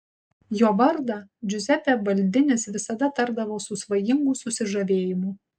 jo vardą džiuzepė baldinis visada tardavo su svajingu susižavėjimu